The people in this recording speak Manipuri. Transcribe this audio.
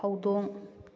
ꯍꯧꯗꯣꯡ